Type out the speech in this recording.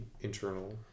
internal